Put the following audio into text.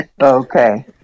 okay